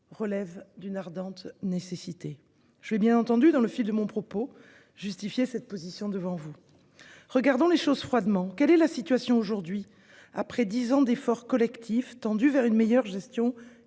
relève d'une ardente nécessité. Je vais bien entendu, dans le fil de mon propos, justifier cette position. Regardons les choses froidement : quelle est la situation après dix ans d'efforts collectifs tendus vers une meilleure gestion